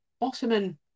Ottoman